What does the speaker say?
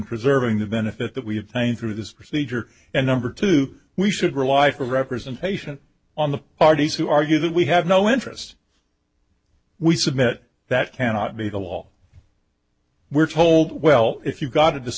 preserving the benefit that we have pain through this procedure and number two we should rely for representation on the parties who argue that we have no interest we submit that cannot be the wall we're told well if you've got